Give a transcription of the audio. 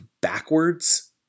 backwards